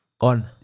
On